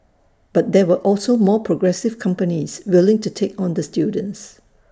but there were also more progressive companies willing to take on the students